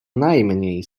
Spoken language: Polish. najmniej